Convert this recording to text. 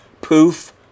Poof